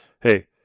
Hey